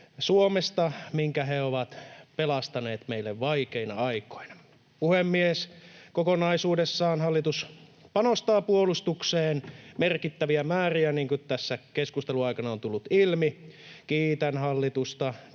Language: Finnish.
Suomesta, minkä he ovat pelastaneet meille vaikeina aikoina. Puhemies! Kokonaisuudessaan hallitus panostaa puolustukseen merkittäviä määriä, niin kuin tässä keskustelun aikana on tullut ilmi. Kiitän hallitusta,